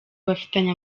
bafitanye